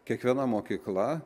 kiekviena mokykla